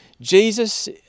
Jesus